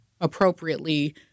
appropriately